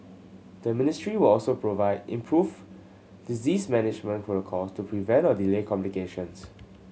the ministry will also provide improve disease management protocol to prevent or delay complications